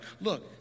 look